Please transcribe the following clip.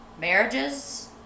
Marriages